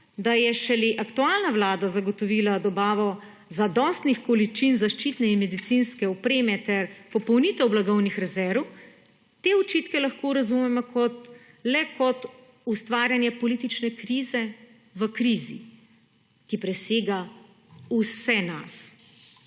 da je šele aktualna vlada zagotovila dobavo zadostnih količin zaščitne in medicinske opreme ter popolnitev blagovnih rezerv, te očitke lahko razumemo le kot ustvarjanje politične krize v krizi, ki presega vse nas.